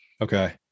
Okay